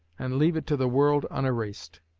and leave it to the world unerased.